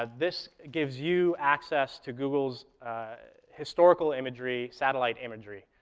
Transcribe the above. ah this gives you access to google's historical imagery, satellite imagery.